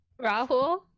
rahul